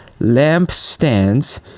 lampstands